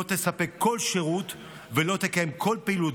לא תספק כל שירות ולא תקיים כל פעילות,